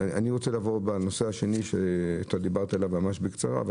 אני רוצה לעבור לנושא השני שדיברת עליו ממש בקצרה אבל